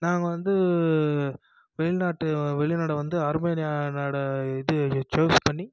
நாங்கள் வந்து வெளிநாட்டு வெளிநாடை வந்து அர்மேனியா நாட்டை இது அது ச்சூஸ் பண்ணி